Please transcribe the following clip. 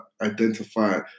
identify